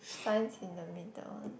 Science is the middle one